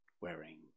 wearing